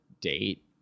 date